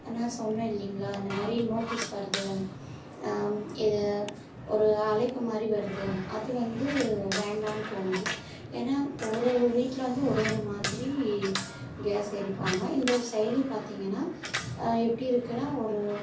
நான் சொன்னேன் இல்லைங்களா இந்த மாரி நோட்டிஸ் வருது இத ஒரு அழைப்புமாரி வருது அது வந்து வேண்டான்னு தோணுது ஏன்னா ஒரு ஒரு வீட்டில் வந்து ஒரு ஒரு மாதிரி கேஸ் எரிப்பாங்க இந்த செயலி பார்த்திங்கனா எப்படி இருக்குன்னா ஒரு